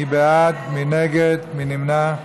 מי בעד, מי נגד, מי נמנע?